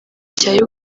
cya